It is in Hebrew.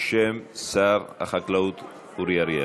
בשם שר החקלאות אורי אריאל.